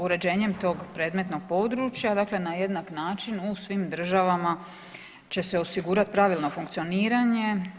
Uređenjem tog predmetnog područja dakle na jednak način u svim državama će se osigurati pravilno funkcioniranje.